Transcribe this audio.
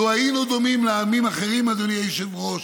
לו היינו דומים לעמים אחרים, אדוני היושב-ראש,